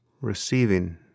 receiving